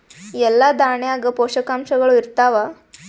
ಎಲ್ಲಾ ದಾಣ್ಯಾಗ ಪೋಷಕಾಂಶಗಳು ಇರತ್ತಾವ?